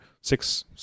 six